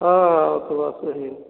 हाँ ऊपर वास तो है ही है